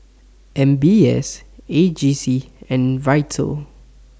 M B S A G C and Vital